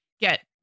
get